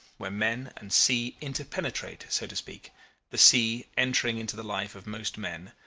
where men and sea interpenetrate, so to speak the sea entering into the life of most men,